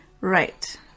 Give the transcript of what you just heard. Right